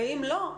ואם לא,